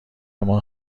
مان